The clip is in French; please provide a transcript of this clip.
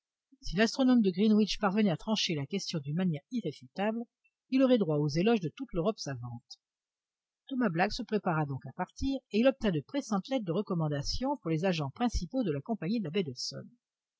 si l'astronome de greenwich parvenait à trancher la question d'une manière irréfutable il aurait droit aux éloges de toute l'europe savante thomas black se prépara donc à partir et il obtint de pressantes lettres de recommandation pour les agents principaux de la compagnie de la baie